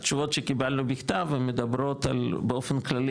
התשובות שקיבלנו בכתב הם מדברות באופן כללי,